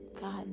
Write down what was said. God